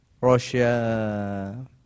Russia